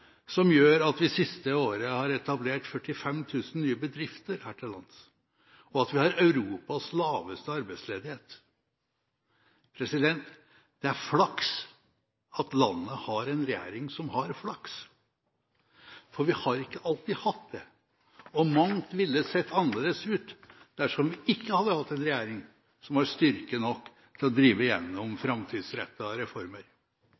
som gjør at vi det siste året har etablert 45 000 nye bedrifter her til lands, og at vi har Europas laveste arbeidsledighet. Det er flaks at landet har en regjering som har flaks, for vi har ikke alltid hatt det. Mangt ville sett annerledes ut dersom vi ikke hadde hatt en regjering som har styrke nok til å drive gjennom framtidsrettede reformer.